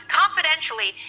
confidentially